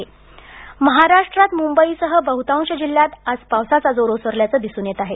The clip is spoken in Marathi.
पाऊस महाराष्ट्र महाराष्ट्रात मुंबईसह बहुतांश जिल्ह्यांत आज पावसाचा जोर ओसरल्याचं दिसून येत आहे